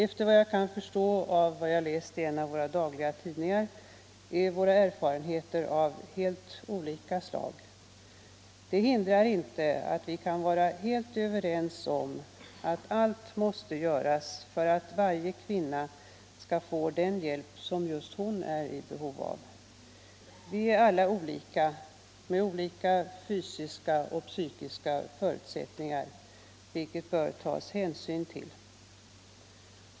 Efter vad jag kan förstå av vad jag läst i en av våra dagliga tidningar är våra erfarenheter av helt olika slag. Det hindrar inte att vi kan vara fullständigt överens om att allt måste göras för att varje kvinna skall få den hjälp som just hon är i behov av. Vi är alla olika, med olika fysiska och psykiska förutsättningar, och hänsyn bör tas till detta.